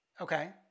Okay